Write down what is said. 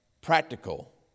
practical